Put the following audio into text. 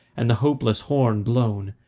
and the hopeless horn blown,